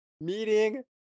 meeting